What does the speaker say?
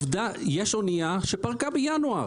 יש אנייה שפרקה בינואר.